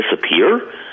disappear